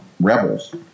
rebels